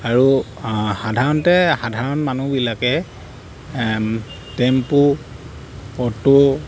আৰু সাধাৰণতে সাধাৰণ মানুহবিলাকে টেম্পু অ'টো